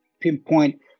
pinpoint